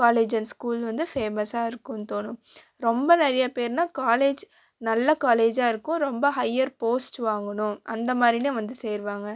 college and school வந்து ஃபேமஸாக இருக்குன்னு தோணும் ரொம்ப நிறையா பேர்னால் காலேஜ் நல்ல காலேஜாக இருக்கும் ரொம்ப ஹையர் போஸ்ட் வாங்கணும் அந்த மாதிரினே வந்து சேருவாங்க